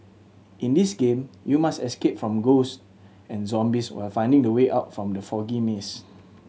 in this game you must escape from ghost and zombies while finding the way out from the foggy maze